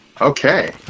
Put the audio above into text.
Okay